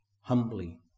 humbly